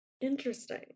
Interesting